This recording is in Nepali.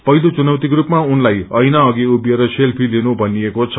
पहिलो चुनौतिको स्पमा उनलाई ऐना अघि उभिएर सेल्फी लिनु भनिएको छ